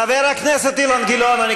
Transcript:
חבר הכנסת אילן גילאון,